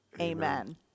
amen